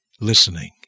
listening